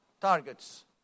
targets